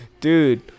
dude